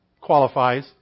qualifies